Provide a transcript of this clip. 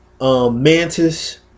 Mantis